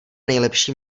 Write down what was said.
nejlepší